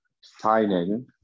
signing